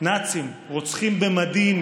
נאצים, רוצחים במדים